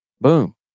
Boom